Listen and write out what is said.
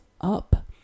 up